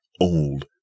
old